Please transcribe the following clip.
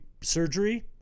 surgery